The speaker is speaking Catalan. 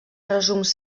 resums